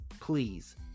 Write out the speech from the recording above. please